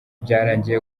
byarangiye